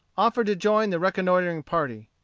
offered to join the reconnoitring party.